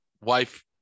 Wife